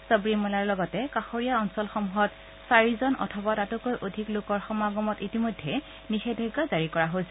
সবৰিমালাৰ লগতে কাষৰীয়া অঞ্চলসমূহত চাৰিজন অথবা তাতকৈ অধিক লোকৰ সমাগমত ইতিমধ্যে নিষেধাজা জাৰি কৰা হৈছে